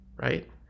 right